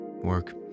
work